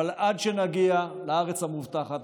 אבל עד שנגיע לארץ המובטחת,